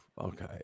Okay